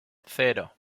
cero